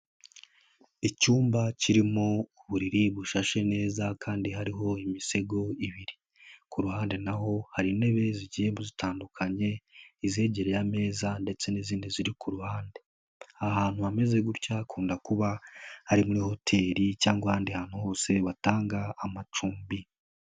Icyumba kirimo uburiri bushashe neza kandi hariho imisego ibiri. Kuruhande n'aho hari intebe zigiye zitandukanye, izegereye ameza ndetse n'izindi ziri ku ruhande. Ahantu hameze gutya hakunda kuba ari muri hoteli cyangwa ahandi hantu hose batanga amacumbi.